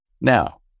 Now